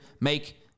Make